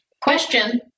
question